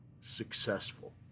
successful